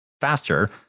faster